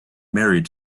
married